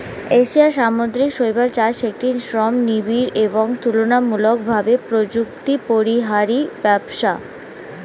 এশিয়ার সামুদ্রিক শৈবাল চাষ একটি শ্রমনিবিড় এবং তুলনামূলকভাবে প্রযুক্তিপরিহারী ব্যবসা